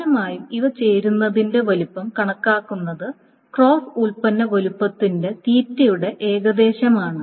പ്രധാനമായും ഇവ ചേരുന്നതിന്റെ വലുപ്പം കണക്കാക്കുന്നത് ക്രോസ് ഉൽപ്പന്ന വലുപ്പത്തിലുള്ള യുടെ ഏകദേശമാണ്